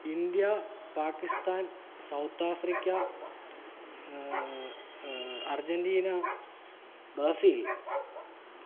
India Pakistan South Africa Argentina Brazil